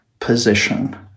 position